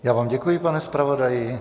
Já vám děkuji, pane zpravodaji.